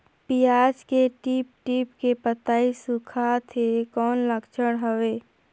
पियाज के टीप टीप के पतई सुखात हे कौन लक्षण हवे?